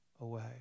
away